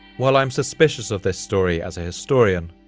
while i'm suspicious of this story as a historian,